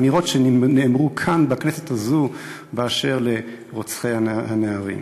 אמירות שנאמרו כאן בכנסת הזאת באשר לרוצחי הנערים.